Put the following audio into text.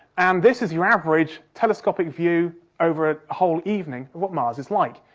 and this is your average telescopic view over a whole evening of what mars is like.